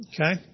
Okay